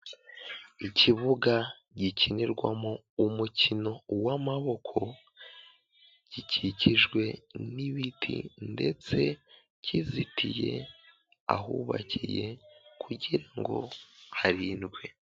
Ikibuga gikinirwamo umukino w'amaboko, gikikijwe n'ibiti, ndetse kizitiye ahubakiye kugira ngo harindwe.